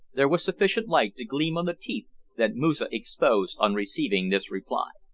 there was sufficient light to gleam on the teeth that moosa exposed on receiving this reply.